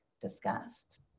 discussed